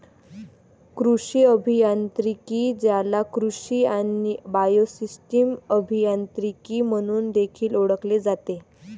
कृषी अभियांत्रिकी, ज्याला कृषी आणि बायोसिस्टम अभियांत्रिकी म्हणून देखील ओळखले जाते